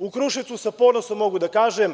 U Kruševcu, sa ponosom mogu da kažem,